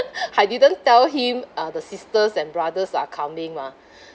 I didn't tell him uh the sisters and brothers are coming mah